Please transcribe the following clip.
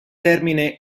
termine